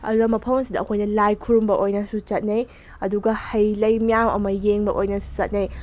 ꯑꯗꯨꯅ ꯃꯐꯝ ꯑꯁꯤꯗ ꯑꯩꯈꯣꯏꯅ ꯂꯥꯏ ꯈꯨꯔꯨꯝꯕ ꯑꯣꯏꯅꯁꯨ ꯆꯠꯅꯩ ꯑꯗꯨꯒ ꯍꯩ ꯂꯩ ꯃꯌꯥꯝ ꯑꯃ ꯌꯦꯡꯕ ꯑꯣꯏꯅꯁꯨ ꯆꯠꯅꯩ